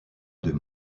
deux